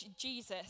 Jesus